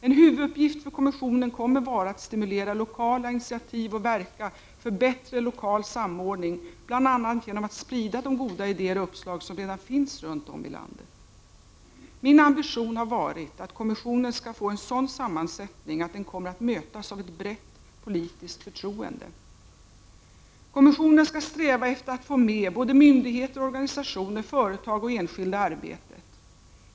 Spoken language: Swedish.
En huvuduppgift för kommissionen kommer att vara att stimulera lokala initiativ och att verka för bättre lokal samordning, bl.a. genom att sprida de goda idéer och uppslag som redan finns runt om i landet. Min ambition har varit att kommissionen skall få en sådan sammansättning att den kommer att mötas av ett brett politiskt förtroende. Kommissionen skall sträva efter att få med myndigheter, organisationer, företag och enskilda i arbetet.